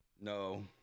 No